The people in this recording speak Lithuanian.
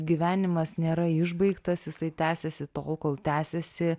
gyvenimas nėra išbaigtas jisai tęsiasi tol kol tęsiasi